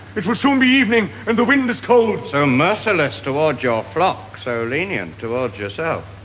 it will soon be evening and the wind is cold. so merciless towards your flock, so lenient towards yourself.